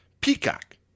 Peacock